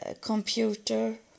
computer